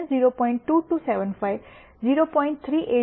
2275 0